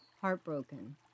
Heartbroken